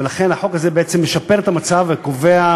ולכן החוק הזה בעצם משפר את המצב וקובע סייגים,